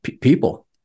people